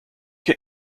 can